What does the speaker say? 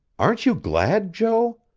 aren't you glad, joe?